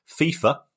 FIFA